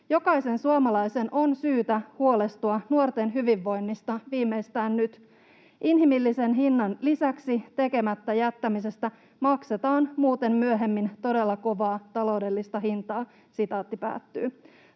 Jokaisen suomalaisen on syytä huolestua nuorten hyvinvoinnista viimeistään nyt. Inhimillisen hinnan lisäksi tekemättä jättämisestä maksetaan muuten myöhemmin todella kovaa taloudellista hintaa.”